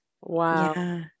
Wow